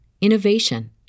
innovation